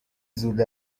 زود